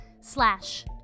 slash